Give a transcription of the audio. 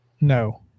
no